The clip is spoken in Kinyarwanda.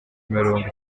mirongo